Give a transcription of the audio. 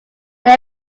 they